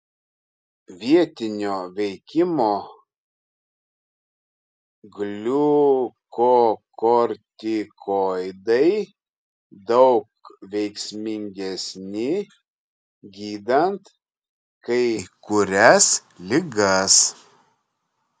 vietinio veikimo gliukokortikoidai daug veiksmingesni gydant kai kurias ligas